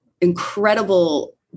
incredible